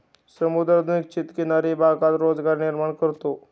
समुद्र निश्चित किनारी भागात रोजगार निर्माण करतो